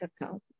account